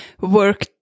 work